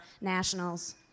nationals